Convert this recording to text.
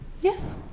Yes